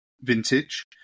vintage